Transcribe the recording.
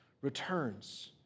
returns